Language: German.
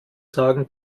sagen